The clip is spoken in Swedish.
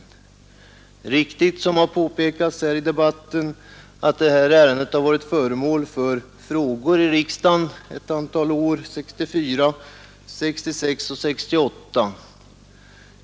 Det är riktigt, som det har påpekats här i debatten, att detta ärende har varit föremål för frågor i riksdagen under ett antal år — 1964, 1966 och 1968.